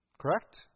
Correct